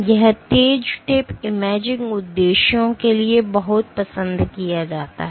यह तेज tip imaging उद्देश्यों के लिए बहुत पसंद किया जाता है